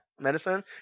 Medicine